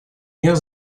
мер